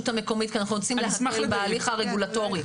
המקומית כי אנחנו רוצים להקל בהליך הרגולטורי,